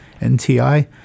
NTI